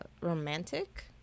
romantic